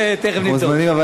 את זה תכף נבדוק.